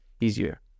easier